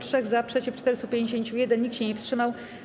3 - za, przeciw - 451, nikt się nie wstrzymał.